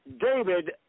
David